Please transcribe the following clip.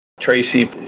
Tracy